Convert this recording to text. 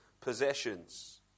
possessions